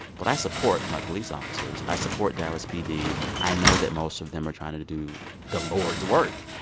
but i support my police officers. i support dallas pd. i know that most of them are trying to do the lord's work.